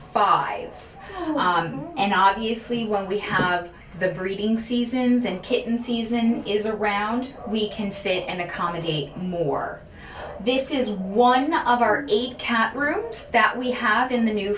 hour and obviously when we have the breeding seasons and kitten season is around we can sit and accommodate more this is one of our eight cat rooms that we have in the new